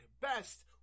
best